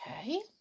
okay